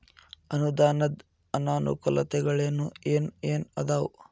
ಅನುದಾನದ್ ಅನಾನುಕೂಲತೆಗಳು ಏನ ಏನ್ ಅದಾವ?